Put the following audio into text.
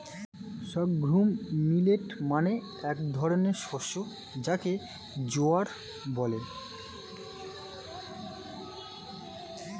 sorghum millet মানে এক ধরনের শস্য যাকে জোয়ার বলে